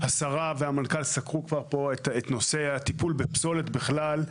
השרה והמנכ"ל סקרו כבר פה את נושא הטיפול בפסולת בכלל.